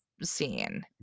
Scene